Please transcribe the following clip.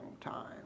time